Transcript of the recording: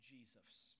Jesus